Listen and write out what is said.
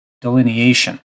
delineation